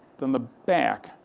then the back,